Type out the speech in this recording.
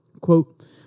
Quote